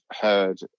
heard